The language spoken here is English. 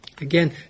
Again